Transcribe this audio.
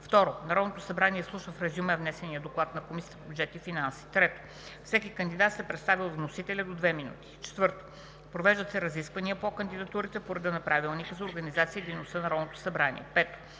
2. Народното събрание изслушва в резюме внесения доклад на Комисията по бюджет и финанси. 3. Всеки кандидат се представя от вносителя – до две минути. 4. Провеждат се разисквания по кандидатурите по реда на Правилника за организацията и дейността на Народното събрание. 5.